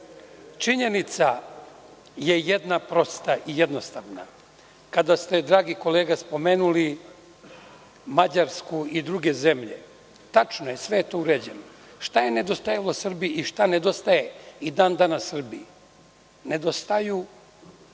Činjenica je jedna prosta i jednostavna. Kada ste, dragi kolega, spomenuli Mađarsku i druge zemlje, tačno je, sve je to uređeno. Šta je nedostajalo Srbiji i šta nedostaje i dan danas Srbiji? Nedostaju